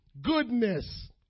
goodness